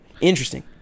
interesting